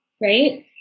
right